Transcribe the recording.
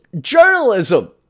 journalism